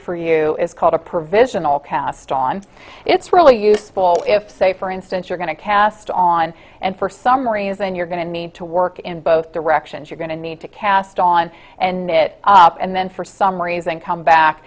for you is called a provisional cast on it's really useful if say for instance you're going to cast on and for some reason you're going to need to work in both directions you're going to need to cast on and knit and then for some reason come back